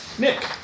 Nick